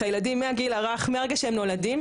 את הילדים מהגיל הרך מהרגע שהם נולדים,